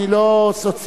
אני לא סוציאליסט,